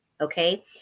okay